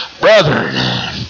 Brother